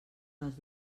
les